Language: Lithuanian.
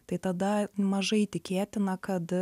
tai tada mažai tikėtina kad